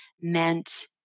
meant